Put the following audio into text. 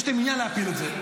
ויש להם עניין להפיל את זה.